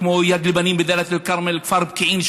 כמו יד לבנים בדאלית אל-כרמל וכפר פקיעין,